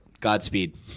Godspeed